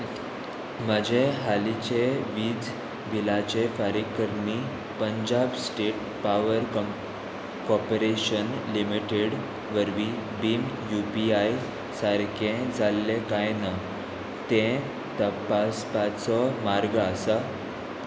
म्हजें हालींचे वीज बिलाचे फारीकणी पंजाब स्टेट पावर कम कॉर्पोरेशन लिमिटेड वरवीं बीम यू पी आय सारकें जाल्लें काय ना तें तपासपाचो मार्ग आसा